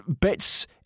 bits